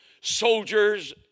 soldiers